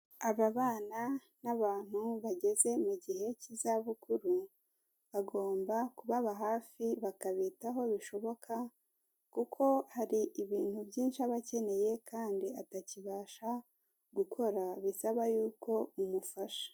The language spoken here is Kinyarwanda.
Ababana n'abantu bageze mu gihe cy'izabukuru, bagomba kubaba hafi bakabitaho bishoboka kuko hari ibintu byinshi aba akeneye kandi atakibasha gukora, bisaba yuko umufasha.